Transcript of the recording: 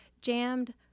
jammed